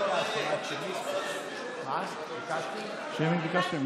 שמית ביקשתם?